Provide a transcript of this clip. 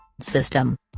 System